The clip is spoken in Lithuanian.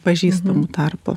pažįstamų tarpo